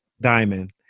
diamond